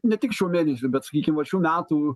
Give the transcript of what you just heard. ne tik šių mėnesių bet sakykim vat šių metų